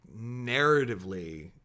narratively